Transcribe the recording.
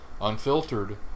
Unfiltered